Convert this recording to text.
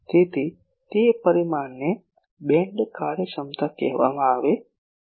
તેથી તે પરિમાણને બીમ કાર્યક્ષમતા કહેવામાં આવે છે